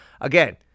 again